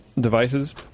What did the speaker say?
devices